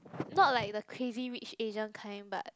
not like the Crazy Rich Asian kind but